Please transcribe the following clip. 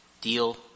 deal